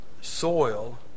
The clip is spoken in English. soil